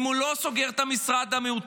אם הוא לא סוגר את המשרד המיותר,